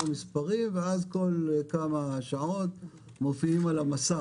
מספרים ואז כל כמה שעות מופיעים על המסך,